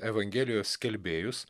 evangelijos skelbėjus